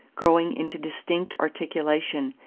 growing into distinct articulation,